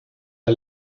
der